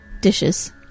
Dishes